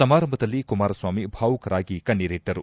ಸಮಾರಂಭದಲ್ಲಿ ಕುಮಾರ ಸ್ವಾಮಿ ಬಾವುಕರಾಗಿ ಕಣ್ಣೇರಿಟ್ಟರು